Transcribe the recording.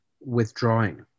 withdrawing